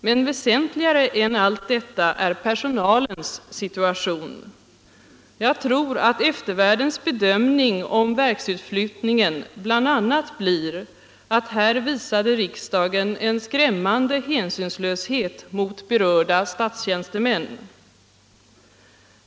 Men väsentligare än allt detta är personalens situation. Jag tror att eftervärldens bedömning av verksutflyttningen bl.a. blir att här visade riksdagen en skrämmande hänsynslöshet mot berörda statstjänstemän.